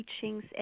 teachings